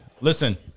listen